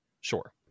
sure